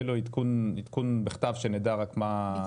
אפילו עדכון בכתב שנדע רק מה קורה.